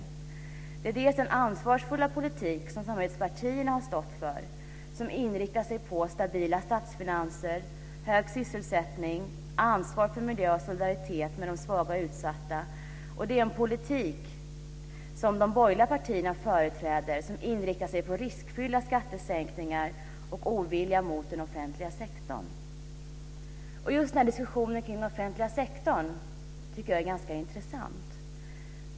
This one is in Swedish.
Det är dels den ansvarsfulla politik som samarbetspartierna har stått för, vilken inriktar sig på stabila statsfinanser, hög sysselsättning, ansvar för miljö och solidaritet med de svaga och utsatta, dels den politik som de borgerliga partierna företräder, vilken inriktar sig på riskfyllda skattesänkningar och ovilja mot den offentliga sektorn. Just diskussionen kring den offentliga sektorn tycker jag är ganska intressant.